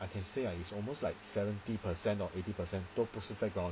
I can say ah it's almost like seventy per cent or eighty percent 都不是在 ground